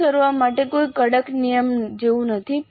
અનુસરવા માટે કોઈ કડક નિયમ જેવું કંઈ નથી